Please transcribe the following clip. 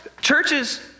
Churches